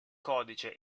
codice